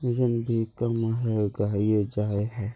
वजन भी कम है गहिये जाय है?